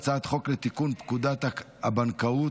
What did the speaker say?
אני קובע כי הצעת החוק להחלפת המונח שיקום נכה נפש (תיקוני חקיקה),